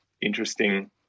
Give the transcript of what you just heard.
interesting